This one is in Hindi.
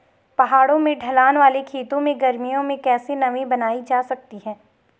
पहाड़ों में ढलान वाले खेतों में गर्मियों में कैसे नमी बनायी रखी जा सकती है?